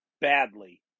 badly